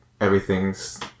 everything's